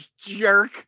jerk